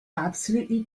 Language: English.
absolutely